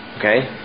Okay